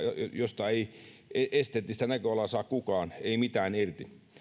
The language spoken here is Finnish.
josta ei ei esteettistä näköalaa mitään saa kukaan irti